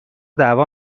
دعوا